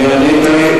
אני עניתי.